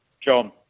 John